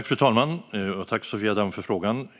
Fru talman! Jag tackar Sofia Damm för frågan.